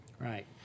Right